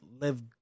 live